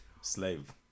Slave